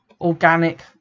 organic